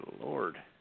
Lord